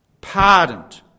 Pardoned